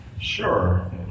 Sure